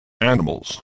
animals